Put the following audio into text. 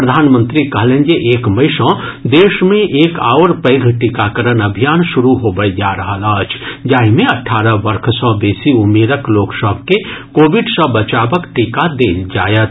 प्रधानमंत्री कहलनि जे एक मई सॅ देश मे एक आओर पैघ टीकाकरण अभियान शुरू होबय जा रहल अछि जाहि मे अठारह वर्ष सॅ बेसी उमिरक लोक सभ के कोविड सॅ बचावक टीका देल जायत